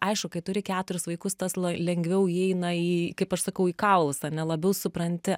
aišku kai turi keturis vaikus tas lengviau įeina į kaip aš sakau į kaulus ane labiau supranti